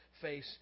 face